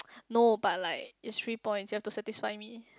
no but like it's three points you have to satisfy me